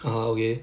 ah okay